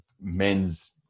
men's